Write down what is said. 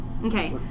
Okay